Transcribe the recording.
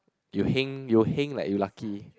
you heng you heng like you lucky